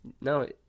no